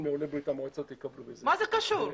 ממש בקצרה,